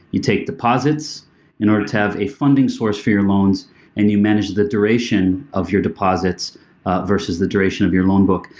you take deposits in order to have a funding source for your loans and you manage the duration of your deposits versus the duration of your loan book.